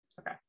Okay